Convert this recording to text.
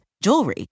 jewelry